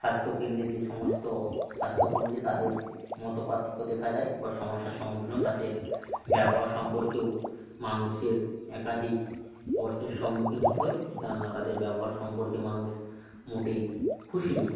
স্বাস্থ্যকেন্দ্রে যে সমস্ত স্বাস্থ্যকর্মী আছে তাদের মতপার্থক্য দেখা দেয় বা সমস্যার সম্মুখীন হয়ে তাদের ব্যবহার সম্পর্কেও মানুষের একাধিক প্রশ্নের সম্মুখীন হতে হয় কেননা তাদের ব্যবহার সম্পর্কে মানুষ মোটেই খুশি নয়